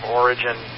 origin